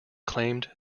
claimed